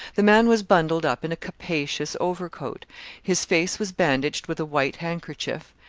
the man was bundled up in a capacious overcoat his face was bandaged with a white handkerchief,